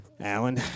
Alan